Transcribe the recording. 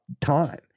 time